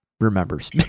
remembers